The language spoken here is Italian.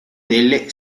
delle